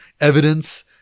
evidence